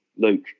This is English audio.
luke